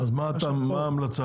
אז מה ההמלצה?